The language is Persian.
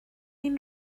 این